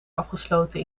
afgesloten